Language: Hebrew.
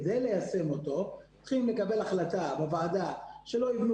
כדי ליישם אותו צריכים לקבל החלטה בוועדה שלא יבנו